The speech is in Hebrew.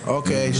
נגד.